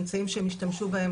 על אמצעים שהם השתמשו בהם,